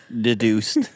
deduced